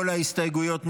כל ההסתייגויות נדחו,